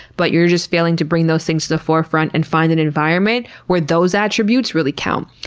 but you're just failing to bring those things to the forefront and find an environment where those attributes really count.